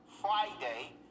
Friday